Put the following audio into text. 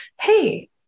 hey